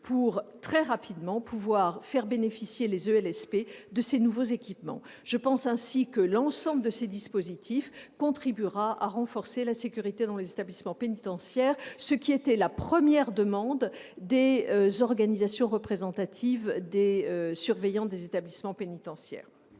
pour pouvoir faire bénéficier les ELSP, très rapidement, de ces nouveaux équipements. J'estime que l'ensemble de ces dispositifs contribuera à renforcer la sécurité dans les établissements pénitentiaires, ce qui était la première demande des organisations représentatives des surveillants des établissements pénitentiaires.